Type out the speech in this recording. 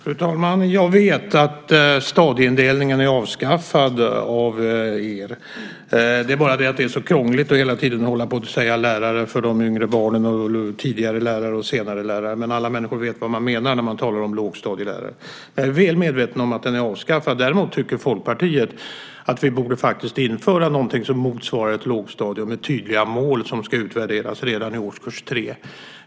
Fru talman! Jag vet att stadieindelningen är avskaffad av er. Det är bara det att det är så krångligt att hela tiden säga lärare för de yngre barnen, tidigare lärare och senare lärare. Alla människor vet vad man menar när man talar om lågstadielärare. Jag är väl medveten om att den är avskaffad. Däremot tycker Folkpartiet att vi borde införa någonting som motsvarar ett lågstadium, med tydliga mål som ska utvärderas redan i årskurs 3.